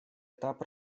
этап